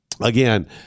Again